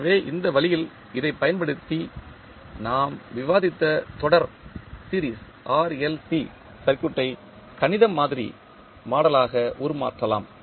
எனவே இந்த வழியில் இதைப் பயன்படுத்தி நாம் விவாதித்த தொடர் RLC சர்க்யூட் ஐ கணித மாதிரி யாக உருமாற்றலாம்